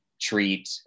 treat